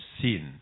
sin